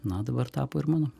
na dabar tapo ir mano